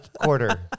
quarter